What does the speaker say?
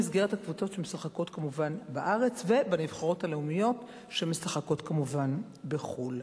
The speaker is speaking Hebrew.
במסגרת הקבוצות המשחקות בארץ והנבחרות הלאומיות שמשחקות כמובן בחו"ל.